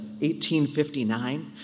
1859